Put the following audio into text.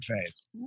phase